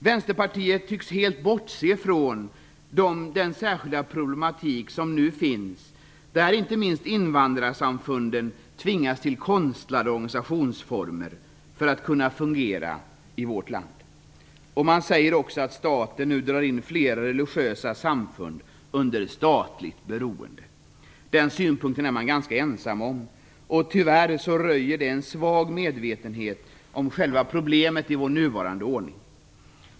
Vänsterpartiet tycks helt bortse från den särskilda problematik som nu finns, där inte minst invandrarsamfunden tvingas till konstlade organisationsformer för att kunna fungera i vårt land. Man säger också att staten nu drar in flera religiösa samfund under statligt beroende. Den synpunkten är man ganska ensam om, och tyvärr röjer den en svag medvetenhet om själva problemet i vår nuvarande ordning.